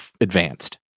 advanced